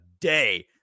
day